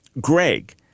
Greg